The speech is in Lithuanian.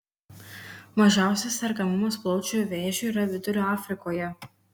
mažiausias sergamumas plaučių vėžiu yra vidurio afrikoje